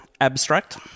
abstract